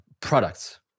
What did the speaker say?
products